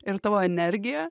ir tavo energija